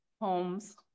homes